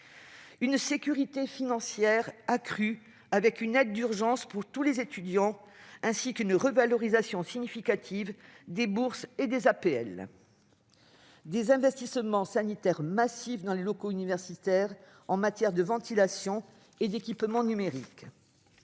une sécurité financière accrue, avec une aide d'urgence pour tous les étudiants, ainsi qu'une revalorisation significative des bourses et de l'aide personnalisée au logement (APL), comme par des investissements sanitaires massifs dans les locaux universitaires, en matière de ventilation et d'équipement numérique.